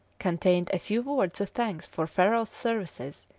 contained a few words of thanks for ferrol's services,